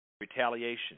retaliation